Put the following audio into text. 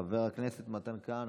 חבר כנסת מתן כהנא,